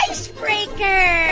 Icebreaker